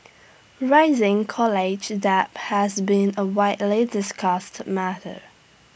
rising college debt has been A widely discussed matter